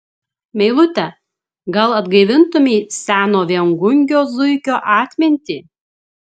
meilute gal atgaivintumei seno viengungio zuikio atmintį